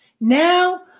now